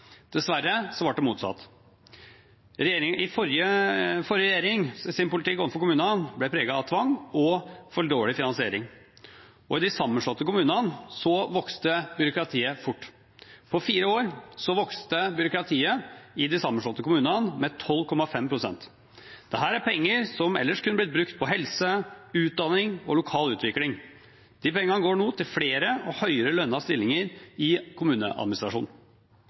Dessverre ble det motsatt. Forrige regjerings politikk overfor kommunene ble preget av tvang og for dårlig finansiering, og i de sammenslåtte kommunene vokste byråkratiet fort. På fire år vokste byråkratiet i de sammenslåtte kommunene med 12,5 pst. Dette er penger som ellers kunne blitt brukt på helse, utdanning og lokal utvikling. De pengene går nå til flere og høyere lønte stillinger i kommuneadministrasjonen.